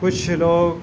کچھ لوگ